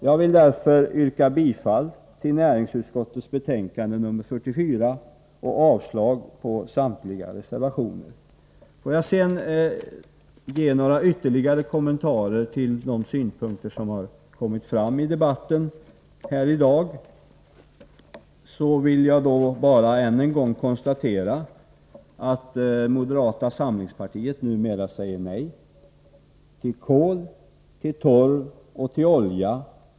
Jag vill därför yrka bifall till hemställan i näringsutskottets betänkande 44 och avslag på samtliga reservationer. Får jag sedan göra några ytterligare kommentarer med anledning av de synpunkter som framförts i dagens debatt. Än en gång vill jag konstatera att moderata samlingspartiet numera säger nej till kol, torv och olja.